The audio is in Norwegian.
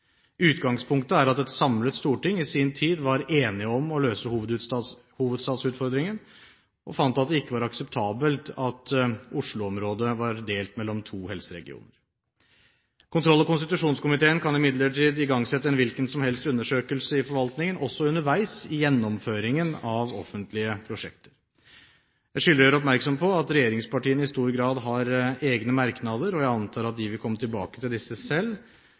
Utgangspunktet er at et samlet storting i sin tid var enig om å løse hovedstadsutfordringen, og fant at det ikke var akseptabelt at Oslo-området var delt mellom to helseregioner. Kontroll- og konstitusjonskomiteen kan imidlertid igangsette en hvilken som helst undersøkelse av forvaltningen, også underveis i gjennomføringen av offentlige prosjekter. Jeg skylder å gjøre oppmerksom på at regjeringspartiene i stor grad har egne merknader. Jeg antar at de vil komme tilbake til disse selv,